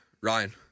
Ryan